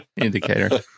indicator